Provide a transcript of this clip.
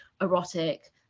erotic